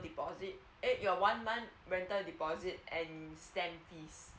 deposit add your one month rental deposit and stamp fees